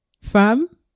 fam